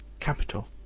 capital,